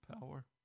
power